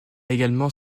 également